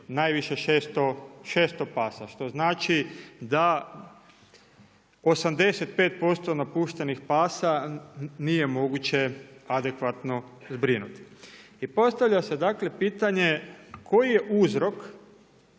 najviše 600 pasa, što znači da 85% napuštenih pasa nije moguće adekvatno zbrinuti. I postavlja se dakle pitanje koji je uzrok